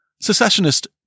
Secessionist